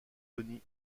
tony